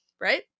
right